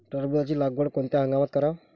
टरबूजाची लागवड कोनत्या हंगामात कराव?